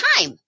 time